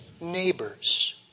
neighbor's